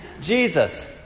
Jesus